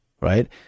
right